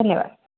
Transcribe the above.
धन्यवाद